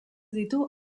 ditu